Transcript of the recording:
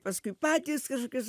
paskui patys kažkokius